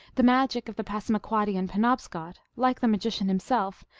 the magic of the passamaquoddy and penobscot, like the magician himself,